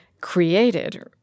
created